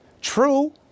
True